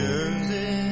Jersey